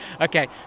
Okay